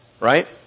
Right